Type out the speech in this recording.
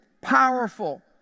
powerful